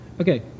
Okay